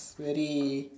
very